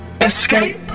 escape